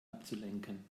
abzulenken